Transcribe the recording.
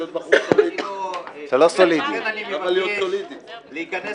לכן אני מבקש להיכנס